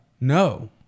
No